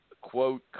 quote